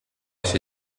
się